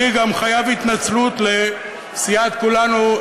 אני גם חייב התנצלות לסיעת כולנו.